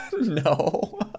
no